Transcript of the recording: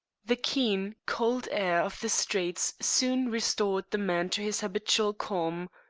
the keen, cold air of the streets soon restored the man to his habitual calm.